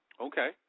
okay